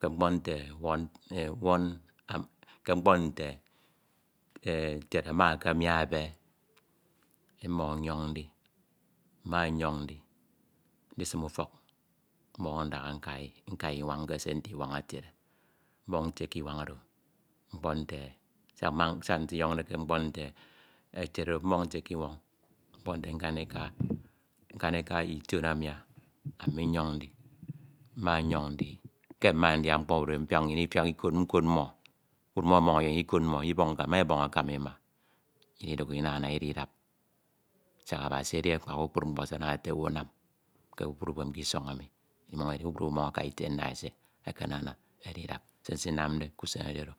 ke mkpọ nte one one ke mkpọ nte kied ama akamia ebe ami mmọñ nyọñ ndi mma nyọñ ndi ndisim ufọk, mmọñ ndaha nka inrañ kese nte inwañ etiede, mmoñ ntie k'inwañ oro, mkpọ nte siak mma siak nsinyọñde ke mkpọ nte etiede odo mmọñ ntie k'inwañ mkpọ nte nkanika ltieo amia, ami nyọñ ndi. Mma nyọñ ndi ke mma ndia mkpọ mbubney mfiak nnyin ifiak nkod mmọ kpukoru mmo emọñ nnyin ibọñ akam, nnyin ima ibọñ akam ima nnyin iduk inana idi idap siak Abasi edi akpak kpukpru mkpo se anade ete owu ama ke kpukpru uwem k'inọñ emi emọñ edi kpakpru mmọ eka atie nna esie ekenana edi idap se nsinamde k'usen edi oro.